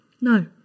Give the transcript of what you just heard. No